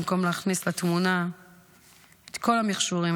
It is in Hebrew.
במקום להכניס לתמונה את כל המכשורים,